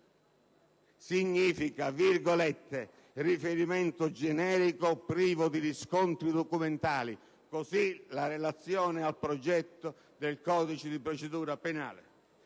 significa «riferimento generico privo di riscontri documentali» (così la relazione al progetto del codice di procedura penale).